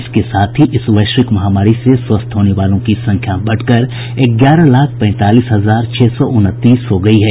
इसके साथ ही इस वैश्विक महामारी से स्वस्थ होने वालों की संख्या बढ़कर ग्यारह लाख पैंतालीस हजार छह सौ उनतीस हो गयी है